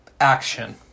action